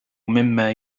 مما